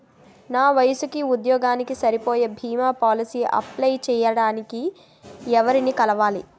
నా వయసుకి, ఉద్యోగానికి సరిపోయే భీమా పోలసీ అప్లయ్ చేయటానికి ఎవరిని కలవాలి?